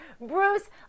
Bruce